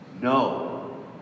No